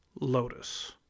Lotus